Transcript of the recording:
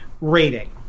rating